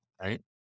right